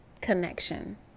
connection